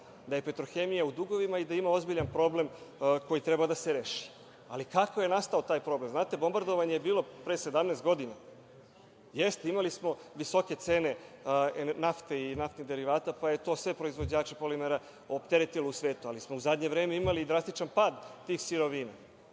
da je „Petrohemija“ u dugovima i da ima ozbiljan problem koji treba da se reši? Ali, kako je nastao taj problem? Znate, bombardovanje je bilo pre 17 godina. Jeste, imali smo visoke cene nafte i naftnih derivata, pa je to sve proizvođače polimera opteretilo u svetu, ali smo u zadnje vreme imali i drastičan pad tih sirovina. Ja